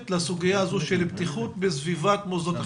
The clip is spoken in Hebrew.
לסוגיה הזאת של בטיחות בסביבת מוסדות החינוך.